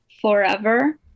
forever